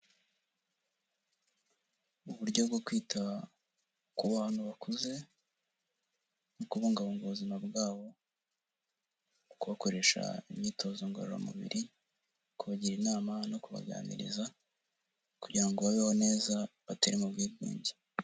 Uburyo bwo kwita ku bantu bakuze mu kubungabunga ubuzima bwabo, ni ukubakoresha imyitozo ngororamubiri, kubagira inama no kubaganiriza kugira ngo babeho neza batari mu bwigunge.